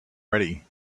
ready